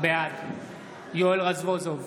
בעד יואל רזבוזוב,